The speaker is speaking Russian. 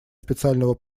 специального